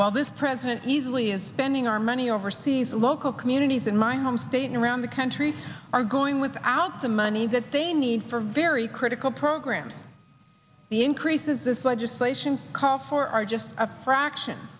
while this president easily is spending our money overseas local communities in my home state and around the country are going without the money that they need for very critical programs the increases this legislation calls for are just